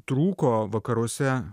trūko vakaruose